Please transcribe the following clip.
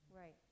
Right